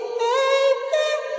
baby